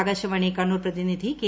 ആകാശവാണി കണ്ണൂർ പ്രതിനിധി കെ